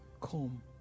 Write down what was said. come